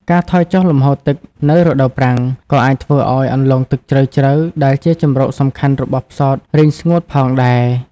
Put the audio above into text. ការថយចុះលំហូរទឹកនៅរដូវប្រាំងក៏អាចធ្វើឱ្យអន្លង់ទឹកជ្រៅៗដែលជាជម្រកសំខាន់របស់ផ្សោតរីងស្ងួតផងដែរ។